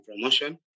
promotion